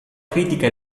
critica